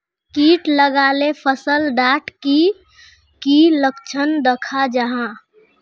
किट लगाले फसल डात की की लक्षण दखा जहा?